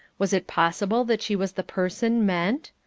was it possible that she was the person meant?